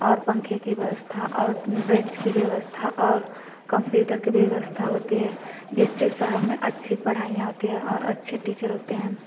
और पंखे की व्यवस्था और बेंच की व्यवस्था और कंप्यूटर की व्यवस्था होती है जिससे शहर में अच्छी पढ़ाईयाँ होती है और अच्छे टीचर होते हैं